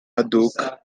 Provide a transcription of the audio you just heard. maduka